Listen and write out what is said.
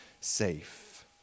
safe